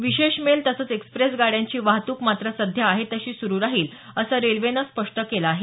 विशेष मेल तसंच एक्सप्रेस गाड्यांची वाहतूक मात्र सध्या आहे तशीच सुरु राहील असं रेल्वेनं स्पष्ट केलं आहे